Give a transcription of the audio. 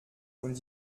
und